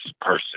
person